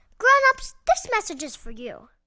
grown-ups, this message is for you